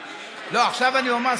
עכשיו אני אומר,